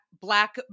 black